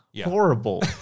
Horrible